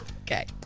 Okay